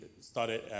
started